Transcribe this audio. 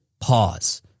pause